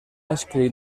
escrit